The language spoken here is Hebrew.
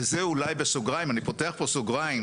אני פותח פה סוגריים,